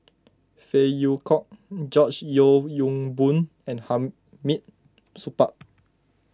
Phey Yew Kok George Yeo Yong Boon and Hamid Supaat